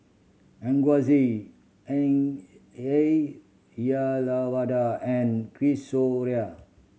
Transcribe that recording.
Aurangzeb Ayyalawada and